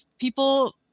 people